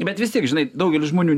bet vis tiek žinai daugelis žmonių